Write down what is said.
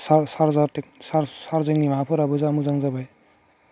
charger charge चारजिंनि माबाफोराबो जा मोजां जाबाय